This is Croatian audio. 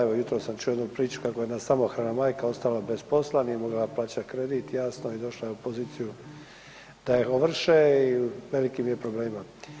Evo jutros sam čuo jednu priču kako je jedna samohrana majka ostala bez posla, nije mogla plaćati kredit, jasno i došla je u poziciju da je ovrše i u velikim je problemima.